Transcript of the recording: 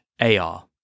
AR